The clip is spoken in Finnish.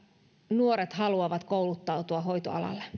nuoret haluavat kouluttautua hoitoalalle